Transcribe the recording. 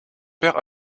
père